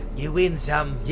you win some,